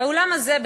באולם הזה,